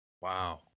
Wow